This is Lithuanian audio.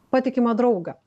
patikimą draugą